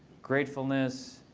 gratefulness,